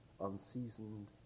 unseasoned